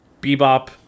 bebop